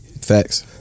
Facts